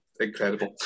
incredible